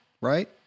right